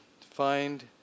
find